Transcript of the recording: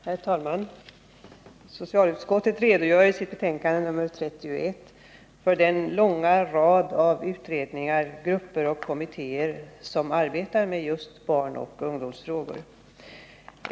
Herr talman! Socialutskottet redogör i sitt betänkande nr 31 för den långa rad av utredningar, grupper och kommittéer som arbetar med barnoch ungdomsfrågor.